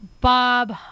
bob